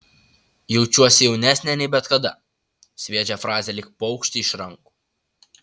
jaučiuosi jaunesnė nei bet kada sviedžia frazę lyg paukštį iš rankų